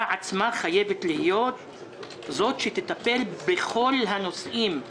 עצמה חייבת להיות זו שתטפל בכל הנושאים,